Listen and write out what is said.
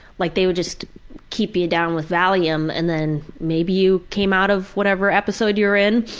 like they would just keep you down with valium and then maybe you came out of whatever episode you were in.